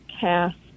cast